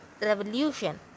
revolution